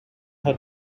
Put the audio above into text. her